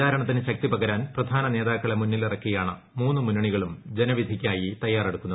പ്രചാരണത്തിന് ശക്തിപകരാൻ പ്രധാന നേതാക്കളെ മുന്നിലിറക്കിയാണ് മൂന്ന് മുന്നണികളും ജനവിധിക്കായി തയാറെടുക്കുന്നത്